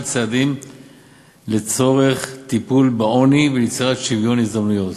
צעדים לצורך טיפול בעוני וליצירת שוויון הזדמנויות.